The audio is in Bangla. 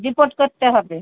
রিপোর্ট করতে হবে